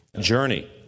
journey